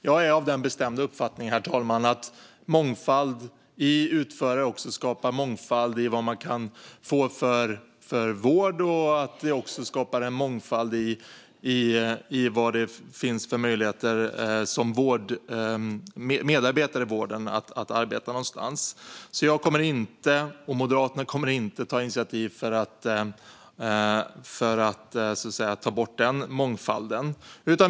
Jag är av den bestämda uppfattningen att mångfald när det gäller utförare också skapar mångfald när det gäller vad man kan få för vård och vad det finns för möjligheter för vårdens medarbetare att välja var de vill arbeta. Jag och Moderaterna kommer inte att ta initiativ för att ta bort den mångfalden.